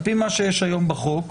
על פי מה שיש היום בחוק,